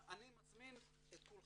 אני מזמין את כולכם,